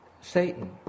Satan